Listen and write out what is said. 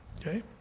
Okay